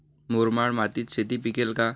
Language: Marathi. मुरमाड मातीत शेती पिकेल का?